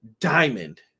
diamond